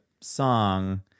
song